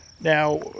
Now